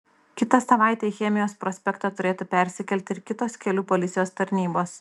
kitą savaitę į chemijos prospektą turėtų persikelti ir kitos kelių policijos tarnybos